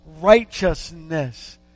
righteousness